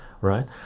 right